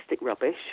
rubbish